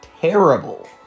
Terrible